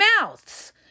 mouths